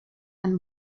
and